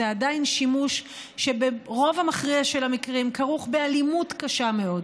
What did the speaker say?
זה עדיין שימוש שברוב המכריע של המקרים כרוך באלימות קשה מאוד.